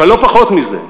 אבל לא פחות מזה,